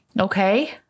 okay